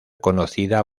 conocida